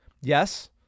Yes